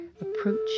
Approach